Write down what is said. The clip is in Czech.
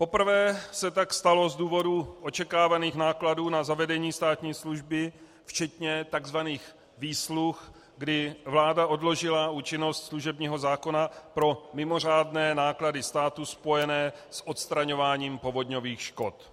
Poprvé se tak stalo z důvodu očekávaných nákladů na zavedení státní služby včetně takzvaných výsluh, kdy vláda odložila účinnost služebního zákona pro mimořádné náklady státu spojené s odstraňováním povodňových škod.